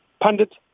pundit